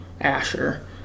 Asher